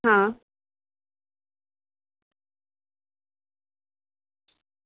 હા